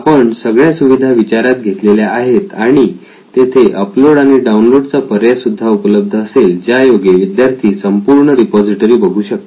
आपण सगळ्या सुविधा विचारात घेतलेल्या आहेत आणि तेथे अपलोड आणि डाउनलोड चा पर्याय सुद्धा उपलब्ध असेल ज्यायोगे विद्यार्थी संपूर्ण रिपॉझिटरी बघू शकतील